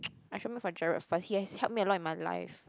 I should make for Gerald first he has helped me a lot in my life